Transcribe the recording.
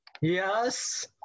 Yes